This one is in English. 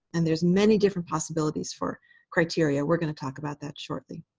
and there's many different possibilities for criteria. we're going to talk about that shortly.